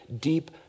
deep